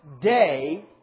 day